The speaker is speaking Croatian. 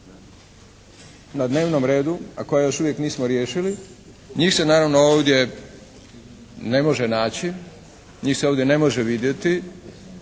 na dnevnom redu, a koja još uvijek nismo riješili. Njih se naravno ovdje ne može naći. Njih se ovdje ne može vidjeti.